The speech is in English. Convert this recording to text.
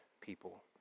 people